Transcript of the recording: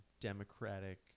democratic